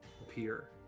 appear